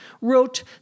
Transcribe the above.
wrote